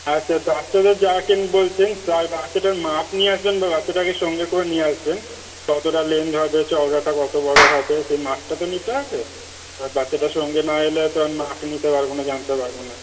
আচ্ছা বাচ্চাদের যাকে বলছেন তার বাচ্চাটার মাপ নিয়ে আসবেন বা বাচ্চাটাকে সঙ্গে করে নিয়ে আসবেন কতোটা লেনথ হবে চওড়াটা কতো বড়ো হবে সেই মাপটা তো নিতে হবে এবার বাচ্চাটা সঙ্গে না এলে হয়তো আমি মাপ নিতে পারবো না জানতে পারবো না